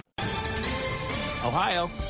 Ohio